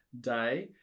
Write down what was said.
day